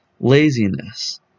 laziness